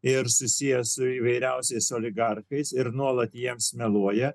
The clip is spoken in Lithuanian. ir susiję su įvairiausiais oligarchais ir nuolat jiems meluoja